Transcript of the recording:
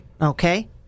Okay